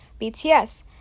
bts